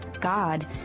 God